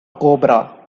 cobra